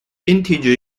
integer